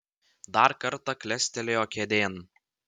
dar kartą klestelėjo kėdėn